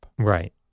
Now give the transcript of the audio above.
Right